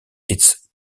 its